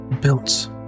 built